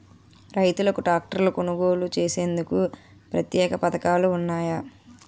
రైతులకు ట్రాక్టర్లు కొనుగోలు చేసేందుకు ప్రత్యేక పథకాలు ఉన్నాయా?